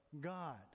god